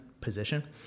position